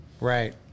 Right